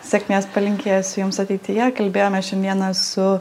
sėkmės palinkėsiu jums ateityje kalbėjomės šiandieną su